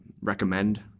recommend